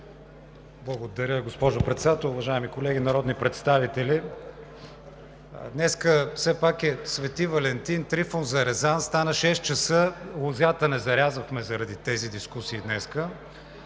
Благодаря, госпожо Председател. Уважаеми колеги народни представители! Днес все пак е Свети Валентин, Трифон Зарезан – стана 18,00 ч., лозята не зарязахме заради тези дискусии днес.